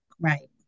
Right